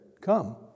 come